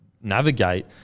navigate